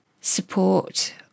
support